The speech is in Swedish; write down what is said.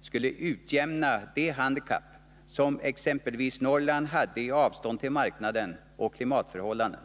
skulle utjämna de handikapp som exempelvis Norrland har i avstånd till marknaden och i klimatförhållandena.